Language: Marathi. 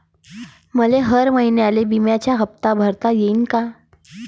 मले हर महिन्याले बिम्याचा हप्ता भरता येईन का?